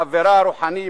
חברה הרוחני,